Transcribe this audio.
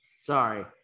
sorry